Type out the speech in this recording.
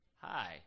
Hi